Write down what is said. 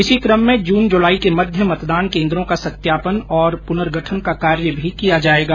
इसी क्रम में जून जुलाई के बीच मतदान केंद्रों का सत्यापन और पुनर्गठन का काम भी किया जाएगा